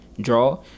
draw